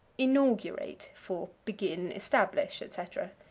inaugurate for begin, establish, etc.